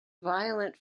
violent